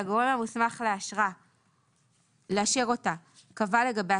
שהגורם המוסמך לאשר אותה קבע לגביה